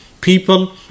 people